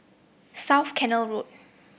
South Canal Road